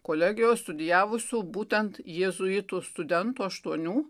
kolegijoj studijavusių būtent jėzuitų studentų aštuonių